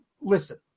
listen